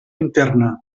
interna